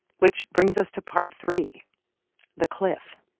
which brings us to part three the cliff.